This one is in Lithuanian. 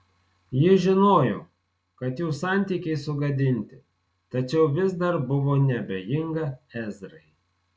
ji žinojo kad jų santykiai sugadinti tačiau vis dar buvo neabejinga ezrai